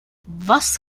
was